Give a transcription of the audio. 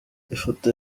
ifoto